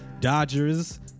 dodgers